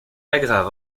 aggrave